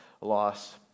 loss